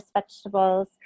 vegetables